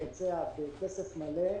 שתתבצע בכסף מלא,